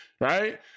right